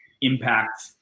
impact